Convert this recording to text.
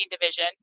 division